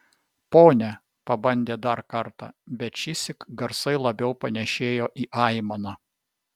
pone pabandė dar kartą bet šįsyk garsai labiau panėšėjo į aimaną